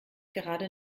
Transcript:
gerade